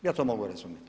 Ja to mogu razumjeti.